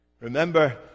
Remember